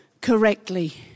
correctly